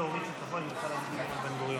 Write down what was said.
לא נתקבלה.